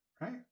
Right